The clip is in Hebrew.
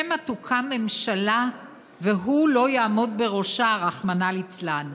שמא תוקם ממשלה והוא לא יעמוד בראשה, רחמנא לצלן.